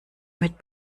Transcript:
mit